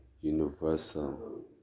universal